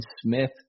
Smith